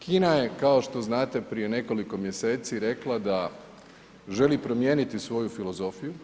Kina je kao što znate prije nekoliko mjeseci rekla da želi promijeniti svoju filozofiju